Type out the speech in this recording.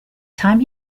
time